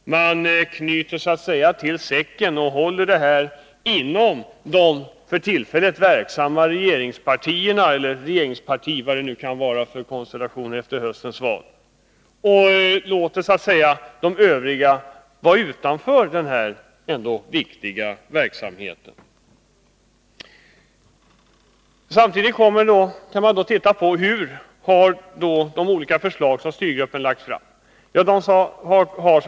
Man knyter så att säga ihop säcken, håller verksamheten inom de för tillfället verksamma regeringspartierna — eller regeringspartiet, om nu det är vad som gäller efter höstens val — och lämnar övriga utanför det här viktiga arbetet. Samtidigt kan man titta på hur de olika förslag som styrgruppen lagt fram har behandlats.